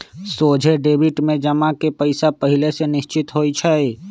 सोझे डेबिट में जमा के पइसा पहिले से निश्चित होइ छइ